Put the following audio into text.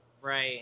right